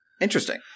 Interesting